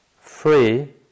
free